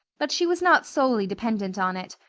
but she was not solely dependent on it.